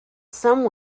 some